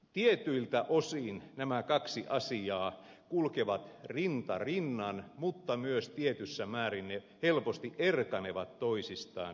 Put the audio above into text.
tietyiltä osin nämä kaksi asiaa kulkevat rinta rinnan mutta myös tietyssä määrin ne helposti erkanevat toisistaan